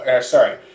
Sorry